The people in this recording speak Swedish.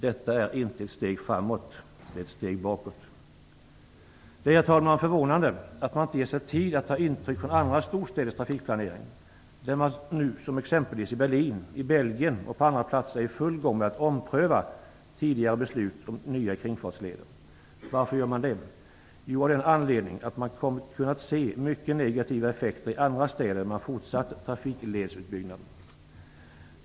Detta är inte ett steg framåt - detta är ett steg bakåt. Det är, herr talman, förvånande att man inte ger sig tid att ta intryck från andra storstäders trafikplanering där man nu - exempelvis i Berlin men också i Belgien och på en del andra platser - är i full gång med att ompröva tidigare beslut om nya kringfartsleder. Varför gör man det? Jo, av den anledningen att man har kunnat se mycket negativa effekter i andra städer där trafikledsutbyggnaderna fortsatt.